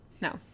No